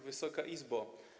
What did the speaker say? Wysoka Izbo!